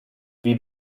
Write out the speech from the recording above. wie